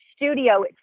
studio